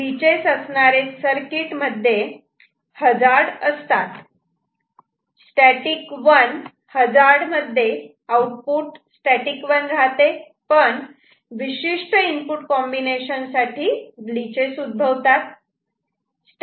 glitches असणारे circuit मध्ये hazard असतात स्टॅटिक 1 हजार्ड मध्ये आउटपुट स्टॅटिक 1 राहते पण विशिष्ट इनपुट कॉम्बिनेशन साठी ग्लिचेस उद्भवतात